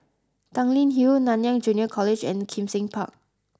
Tanglin Hill Nanyang Junior College and Kim Seng Park